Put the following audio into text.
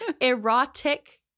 Erotic